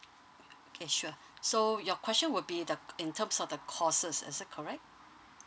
okay sure so your question would be the in terms of the courses is that correct